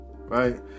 right